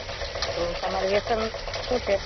તો તમારે વ્યસન શું છે